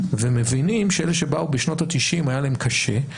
ומבינים שלאלה שבאו בשנות ה-90 היה קשה,